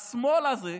והשמאל הזה,